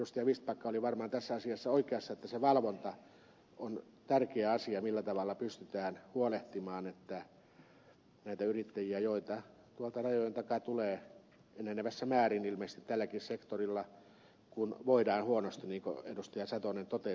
vistbacka oli varmaan tässä asiassa oikeassa että se valvonta on tärkeä asia millä tavalla pystytään huolehtimaan siitä että kun näitä yrittäjiä tuolta rajojen takaa tulee enenevässä määrin ilmeisesti tälläkin sektorilla kun voidaan huonosti niin kuin ed